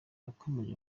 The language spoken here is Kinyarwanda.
yakomeje